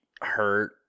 hurt